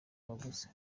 abaguzi